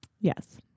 Yes